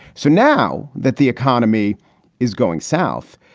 so now that the economy is going south,